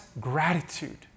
gratitude